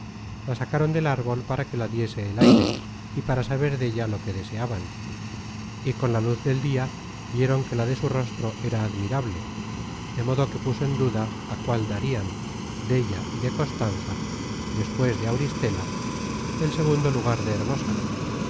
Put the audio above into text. la sacaron del árbol para que la diese el aire y para saber della lo que deseaban y con la luz del dia vieron que la de su rostro era admirable de modo que puso en duda á cuál darian della y de costanza despues de auristela el segundo lugar de hermosa